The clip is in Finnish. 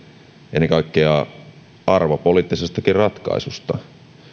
ennen kaikkea arvopoliittisestakin ratkaisusta